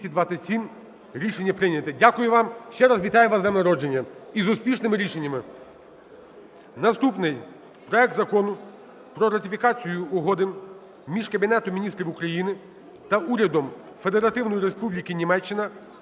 Дякую вам. Ще раз вітаю вас з днем народження і з успішними рішеннями.